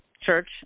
church